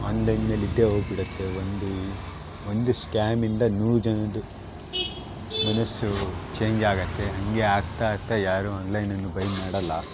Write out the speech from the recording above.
online ಮೇಲೆ ಇದೇ ಹೋಗಿಬಿಡತ್ತೆ ಒಂದು ಒಂದು ಸ್ಕ್ಯಾಮಿಂದ ನೂರು ಜನದ್ದು ಮನಸ್ಸು ಚೇಂಜ್ ಆಗುತ್ತೆ ಹೀಗೆ ಆಗ್ತಾ ಆಗ್ತಾ ಯಾರೂ ಆನ್ಲೈನನ್ನು ಬೈ ಮಾಡೋಲ್ಲ